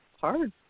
hard